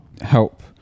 help